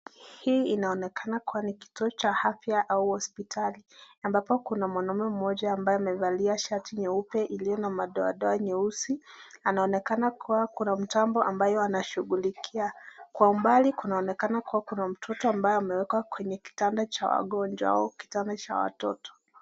Hii inaonekana ni kituo cha afya au hospitali ambapo kuna mwanaume mmoja amevalia shati nyeupe iliyo na madoadoa nyeusi, anaonekana kuwa kuna mtambo ambayoa anashughulikia, kwa umbali kunaonekana kuna mtoto ambaye amewekwa kwenye kitanda cha wagonjwa au kitanda cha watoto.